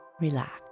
Relax